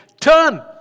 Turn